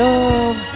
Love